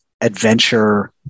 adventure